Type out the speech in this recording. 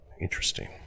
interesting